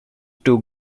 too